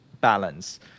balance